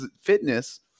Fitness